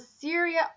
Syria